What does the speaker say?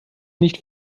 nicht